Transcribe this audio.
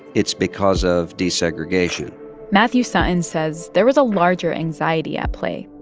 it's because of desegregation matthew sutton says there was a larger anxiety at play,